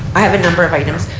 i have a number of items.